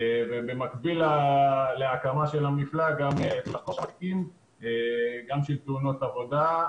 ובמקביל להקמה של המפלג גם של תאונות עבודה,